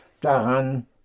daran